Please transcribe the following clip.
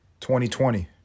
2020